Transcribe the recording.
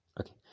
okay